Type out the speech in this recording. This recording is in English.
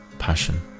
Passion